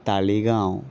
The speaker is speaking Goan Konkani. तालिगांव